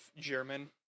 German